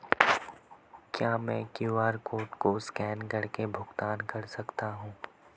क्या मैं QR code को स्कैन करके भुगतान कर सकता हूं?